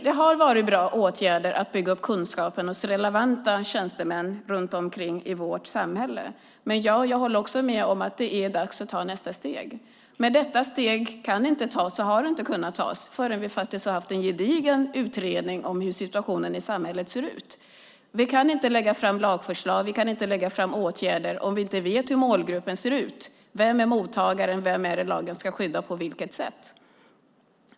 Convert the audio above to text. Det har vidtagits bra åtgärder för att bygga upp kunskapen hos relevanta tjänstemän runt om i vårt samhälle. Men jag håller med om att det nu är dags att ta nästa steg. Detta steg kan inte tas, och har inte kunnat tas, förrän vi fått en gedigen utredning om hur situationen i samhället ser ut. Vi kan inte lägga fram lagförslag och vidta åtgärder om vi inte vet hur målgruppen ser ut, vem som är mottagare, vem det är lagen ska skydda och på vilket sätt.